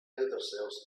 ourselves